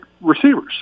receivers